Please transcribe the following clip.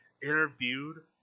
interviewed